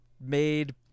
made